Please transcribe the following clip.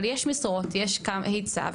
אבל יש משרות ויש היצע,